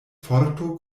forto